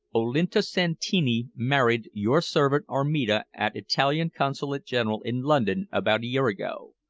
olinto santini married your servant armida at italian consulate-general in london about a year ago.